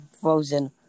frozen